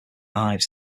ives